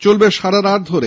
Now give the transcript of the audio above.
চলবে সারারাত ধরে